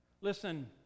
Listen